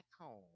home